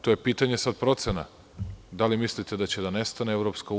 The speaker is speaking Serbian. To je pitanje sada procena da li mislite da će da nestane EU.